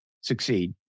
succeed